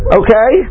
okay